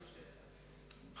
תודה רבה,